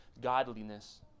godliness